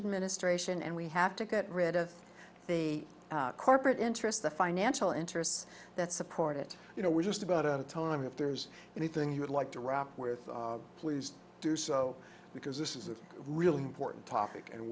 administration and we have to get rid of the corporate interests the financial interests that support it you know we're just about out of time if there's anything you would like to rock with please do so because this is a really important topic and